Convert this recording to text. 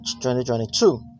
2022